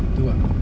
tu ah